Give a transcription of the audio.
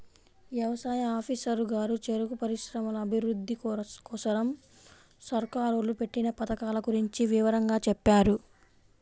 యవసాయ ఆఫీసరు గారు చెరుకు పరిశ్రమల అభిరుద్ధి కోసరం సర్కారోళ్ళు పెట్టిన పథకాల గురించి వివరంగా చెప్పారు